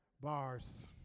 Bars